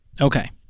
Okay